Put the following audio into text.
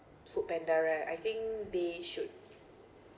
foodpanda right I think they should